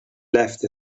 left